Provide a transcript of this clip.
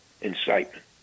incitement